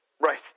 Right